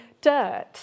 dirt